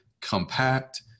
compact